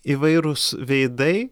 įvairūs veidai